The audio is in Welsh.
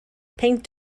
peint